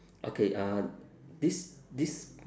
okay uh this this